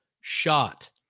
shot